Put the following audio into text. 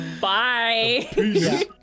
Bye